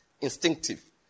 instinctive